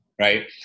Right